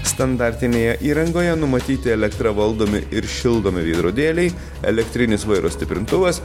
standartinėje įrangoje numatyti elektra valdomi ir šildomi veidrodėliai elektrinis vairo stiprintuvas